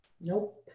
Nope